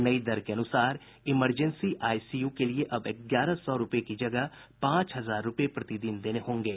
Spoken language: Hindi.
नई दर के अनुसार इमरजेंसी आईसीयू के लिए अब ग्यारह सौ रूपये की जगह पांच हजार रूपये प्रति दिन देने होंगे